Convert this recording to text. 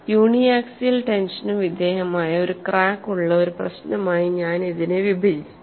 യൂണി axial ടെൻഷന് വിധേയമായ ഒരു ക്രാക്ക് ഉള്ള ഒരു പ്രശ്നമായി ഞാൻ ഇതിനെ വിഭജിച്ചു